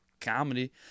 Comedy